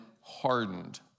hardened